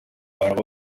baba